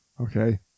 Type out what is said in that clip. okay